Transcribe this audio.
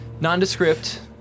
nondescript